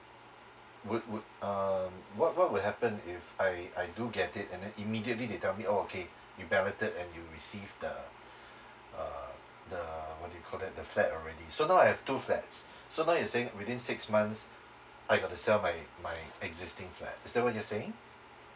would would um what what will happen if I I do get it and then immediately they tell me oh okay you balloted and you received the uh the what you call that the flat already so now I have two flats so now you're saying within six months I got to sell my my existing flat is that what you are saying